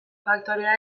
faktorea